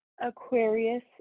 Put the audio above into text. Aquarius